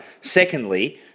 secondly